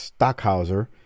Stockhauser